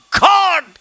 God